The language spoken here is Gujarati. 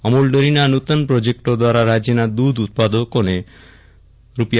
અમૂલ ડેરીના આ નૂતન પ્રોજેકટો દ્વારા રાજ્યના દૂધ ઉત્પાદકોને રૂા